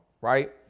Right